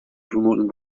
promoting